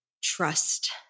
trust